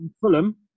Fulham